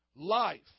life